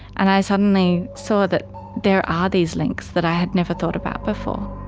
and i suddenly saw that there are these links that i had never thought about before.